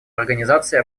организации